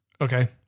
Okay